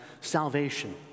salvation